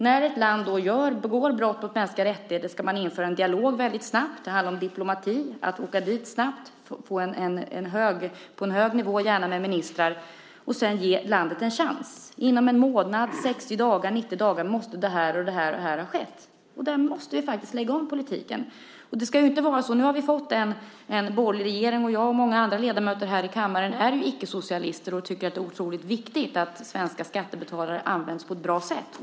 När ett land begår brott mot mänskliga rättigheter ska man föra en dialog väldigt snabbt. Det handlar om diplomati, att åka dit snabbt på hög nivå och gärna med ministrar, och sedan ge landet en chans. Inom en månad, 60 dagar eller 90 dagar, måste detta och detta ha skett. Där måste vi lägga om politiken. Nu har vi fått en borgerlig regering. Jag och många ledamöter här i kammaren är icke-socialister och tycker att det är otroligt viktigt att svenska skattebetalares pengar används på ett bra sätt.